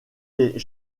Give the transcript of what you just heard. les